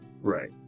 Right